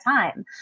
time